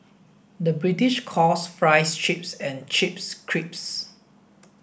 the British calls fries chips and chips crisps